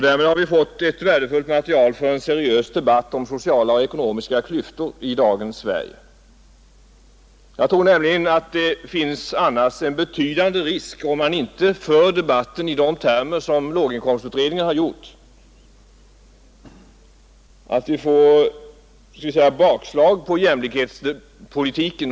Därmed har vi fått ett värdefullt material för en seriös debatt om sociala och ekonomiska klyftor i dagens Sverige. Jag tror nämligen att det finns en betydande risk, om vi inte för debatten kring de realiteter som låginkomstutredningen fört fram, att vi får bakslag för jämlikhetspolitiken.